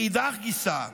מאידך גיסא,